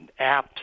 apps